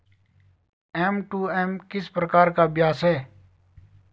M to M किस प्रकार का अभ्यास है?